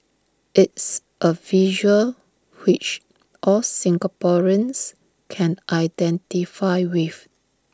it's A visual which all Singaporeans can identify with